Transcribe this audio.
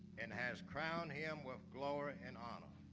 and has crowned him with glory and honor